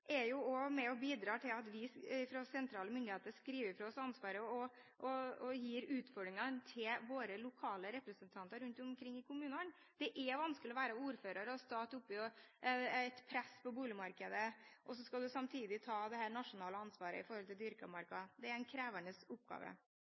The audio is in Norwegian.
vi fra sentrale myndigheter fraskriver oss ansvaret og gir utfordringene til våre lokale representanter rundt omkring i kommunene? Det er vanskelig å være ordfører og stå oppi et press på boligmarkedet og samtidig ta dette nasjonale ansvaret for dyrket mark. Det